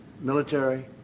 military